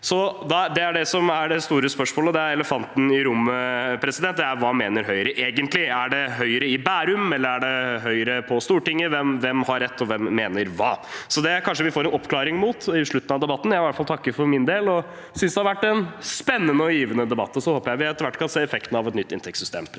Det store spørsmålet og elefanten i rommet er hva Høyre egentlig mener. Er det Høyre i Bærum, eller er det Høyre på Stortinget? Hvem har rett, og hvem mener hva? Kanskje vi får en oppklaring av det i slutten av debatten. Jeg vil i hvert fall takke for min del og synes det har vært en spennende og givende debatt. Jeg håper vi etter hvert kan se effektene av et nytt inntektssystem.